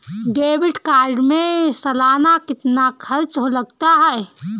Debit card में सालाना कितना खर्च लगता है?